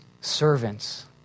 servants